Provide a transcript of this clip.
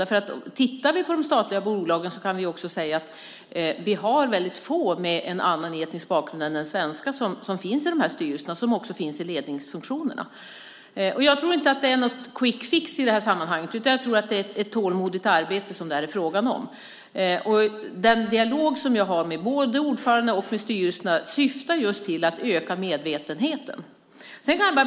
Om vi tittar på de statliga bolagen kan vi också säga att vi har väldigt få personer med annan etnisk bakgrund än den svenska i dessa styrelser och i ledningsfunktionerna. Jag tror inte att det handlar om någon quick fix i detta sammanhang, utan jag tror att det är fråga om ett tålmodigt arbete. Och den dialog som jag har med både ordförandena och styrelserna syftar just till att öka medvetenheten.